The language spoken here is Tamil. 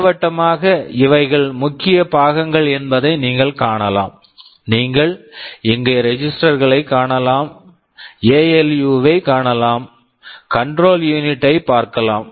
திட்டவட்டமாக இவைகள் முக்கிய பாகங்கள் என்பதை நீங்கள் காணலாம் நீங்கள் இங்கே ரெஜிஸ்டர்ஸ் registers களைக் காணலாம் எஎல்யு ALU வைக் காணலாம் கண்ட்ரோல் யூனிட் control unit ஐ பார்க்கலாம்